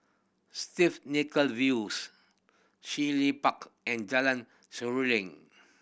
Stiff Nichola Views He Park and Jalan Seruling